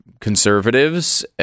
conservatives